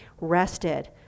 rested